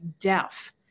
deaf